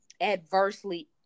adversely